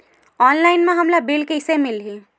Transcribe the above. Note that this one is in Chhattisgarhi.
ऑनलाइन म हमला बिल कइसे मिलही?